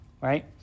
right